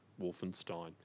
Wolfenstein